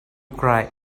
cry